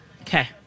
Okay